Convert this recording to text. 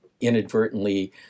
inadvertently